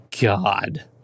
God